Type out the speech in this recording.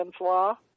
Law